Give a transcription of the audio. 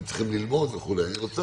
הם צריכים ללמוד וכו'.